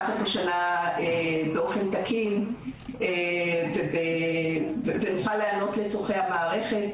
את השנה באופן תקין ונוכל להיענות לצורכי המערכת,